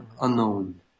unknown